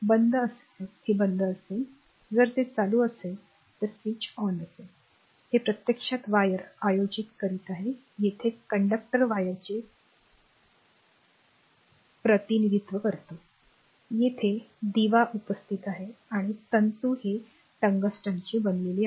बंद असल्यास हे बंद असेल जर ते चालू असेल तर चालू होईल हे प्रत्यक्षात वायर आयोजित करीत आहे तेथे कंडक्टर वायरचे प्रतिनिधित्व करतो येथे दिवा उपस्थित आहे आणि तंतु हे टंगस्टनचे बनलेले आहे